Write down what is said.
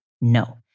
No